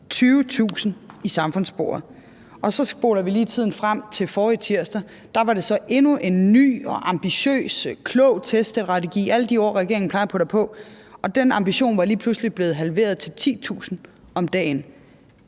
20.000 i samfundssporet. Og så spoler vi lige tiden frem til forrige tirsdag, og der var det så endnu en ny og ambitiøs og klog teststrategi – alle de ord, regeringen plejer at putte på – og ambitionen var lige pludselig blevet halveret til 10.000 om dagen.